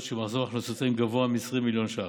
שמחזור הכנסותיהן גבוה מ-20 מיליון ש"ח.